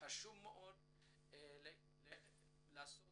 חשוב לעשות